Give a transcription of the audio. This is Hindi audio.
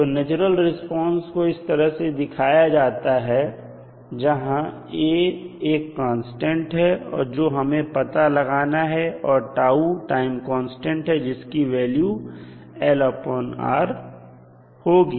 तो नेचुरल रिस्पांस को इस तरह से दिखाया जाता है यहां A एक कांस्टेंट है जो हमें पता लगाना है और τ टाइम कांस्टेंट है जिसकी वैल्यू LR होगी